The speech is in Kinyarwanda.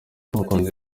bakunzi